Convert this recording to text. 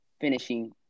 finishing